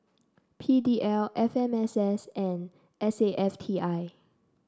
P D L F M S S and S A F T I